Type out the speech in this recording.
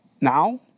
Now